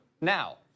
Now